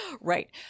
Right